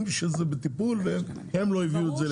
שזה בטיפול והם לא הביאו את זה לדיון.